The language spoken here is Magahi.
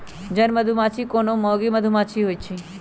जन मधूमाछि कोनो मौगि मधुमाछि होइ छइ